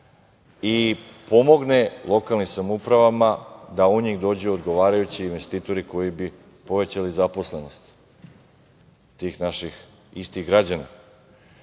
i pomogne lokalnim samoupravama da u njih dođu odgovarajući investitori koji bi povećali zaposlenost tih naših istih građana.